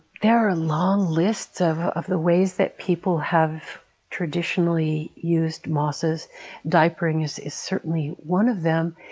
there are long lists of of the ways that people have traditionally used mosses diapering is is certainly one of them,